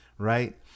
Right